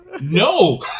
No